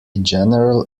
general